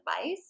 advice